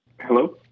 Hello